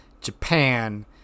Japan